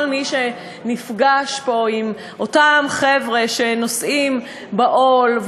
כל מי שנפגש פה עם אותם חבר'ה שנושאים בעול,